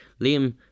Liam